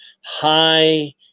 high